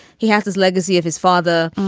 he has his legacy of his father.